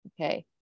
Okay